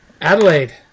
Adelaide